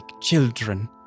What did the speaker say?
children